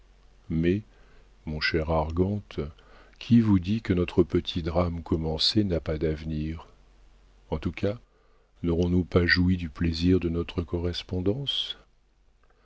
mais mon cher argante qui vous dit que notre petit drame commencé n'a pas d'avenir en tout cas n'aurons-nous pas joui du plaisir de notre correspondance